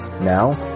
Now